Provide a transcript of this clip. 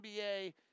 NBA